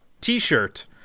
T-shirt